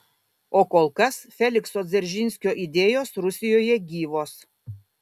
o kol kas felikso dzeržinskio idėjos rusijoje gyvos